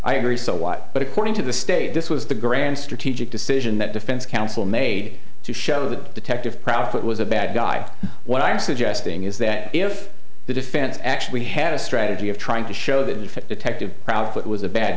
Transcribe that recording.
i agree so what but according to the state this was the grand strategic decision that defense counsel made to show the detective profit was a bad guy what i'm suggesting is that if the defense actually had a strategy of trying to show that